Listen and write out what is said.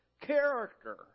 character